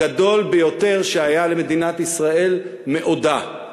הגדול ביותר שהיה למדינת ישראל מעודה.